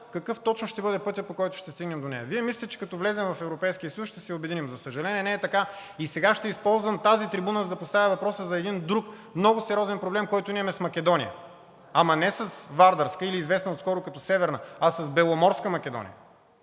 какъв точно ще бъде пътят, по който ще стигнем до нея? Вие мислите, че като влезем в Европейския съюз, ще се обединим. За съжаление, не е така. Сега ще използвам тази трибуна, за да поставя въпроса за един друг много сериозен проблем, който ние имаме с Македония, ама не с Вардарска или известната отскоро като Северна, а с Беломорска Македония.